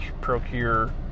procure